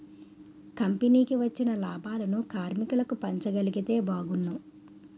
కంపెనీకి వచ్చిన లాభాలను కార్మికులకు పంచగలిగితే బాగున్ను